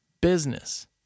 business